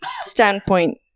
standpoint